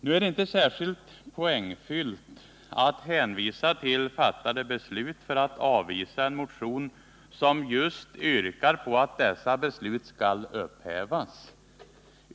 Nu är det inte särskilt poängfyllt att hänvisa till fattade beslut för att avvisa en motion, där det just yrkas på att dessa beslut skall upphävas.